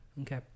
Okay